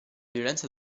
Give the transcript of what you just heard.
violenza